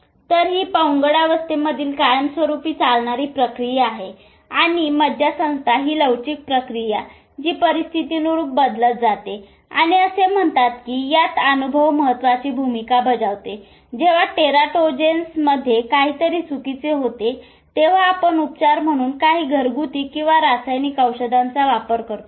तर ही पौगंडावस्थेतील कायम स्वरूपी चालणारी प्रक्रिया आहे आणि मज्जासंस्था हि लवचिकप्रक्रिया जी परिस्थितीनुरूप बदलत जाते आणि असे म्हणतात की यात अनुभव महत्वाची भूमिका बजावते जेव्हा टेराटोजेन्स मध्ये काहीतरी चुकीचे होते तेव्हा आपण उपचार म्हणून कांही घरगुती किंवा रासायनिक औषधाचा वापर करतो